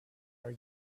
are